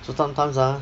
so sometimes ah